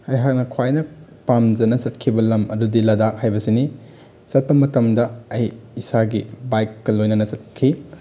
ꯑꯩꯍꯥꯛꯅ ꯈ꯭ꯋꯥꯏꯅ ꯄꯥꯝꯖꯅ ꯆꯠꯈꯤꯕ ꯂꯝ ꯑꯗꯨꯗꯤ ꯂꯗꯥꯛ ꯍꯥꯏꯕꯁꯤꯅꯤ ꯆꯠꯄ ꯃꯇꯝꯗ ꯑꯩ ꯏꯁꯥꯒꯤ ꯕꯥꯏꯛꯀ ꯂꯣꯏꯅꯅ ꯆꯠꯈꯤ